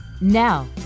Now